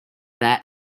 that